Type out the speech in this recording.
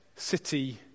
city